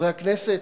חברי הכנסת,